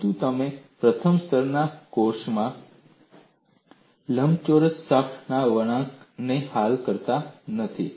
પરંતુ તમે પ્રથમ સ્તરના કોર્સમાં લંબચોરસ શાફ્ટના વળાંકને હલ કરતા નથી